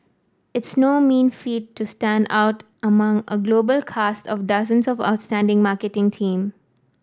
it's no mean feat to stand out among a global cast of dozens of outstanding marketing team